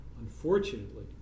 Unfortunately